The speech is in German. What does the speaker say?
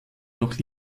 noch